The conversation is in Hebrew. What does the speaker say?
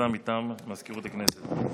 הודעה למזכירות הכנסת.